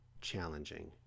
challenging